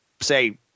say